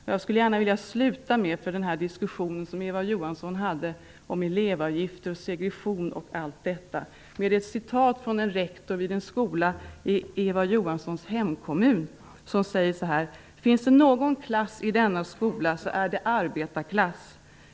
Eftersom Eva Johansson förde ett resonemang om elevavgifter, segregation m.m. skulle jag vilja avsluta med att återge vad en rektor på en skola i Eva Johanssons hemkommun har sagt: Finns det någon klass i denna skola är det arbetarklass.